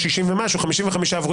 כל שיש השלמות או היא מחליטה